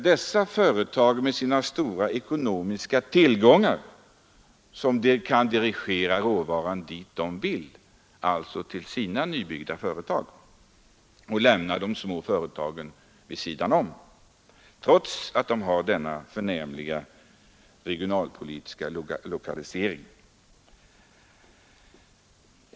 Dessa företag med sina stora ekonomiska tillgångar kan dirigera råvaran dit de vill, alltså till sina nybyggda företag, och lämna de små företagen vid sidan om, trots att de senare har denna förnämliga regionalpolitiska lokalisering.